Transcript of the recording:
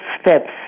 steps